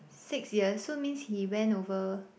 six years so means he went over